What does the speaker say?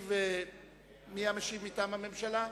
מי המשיב מטעם הממשלה?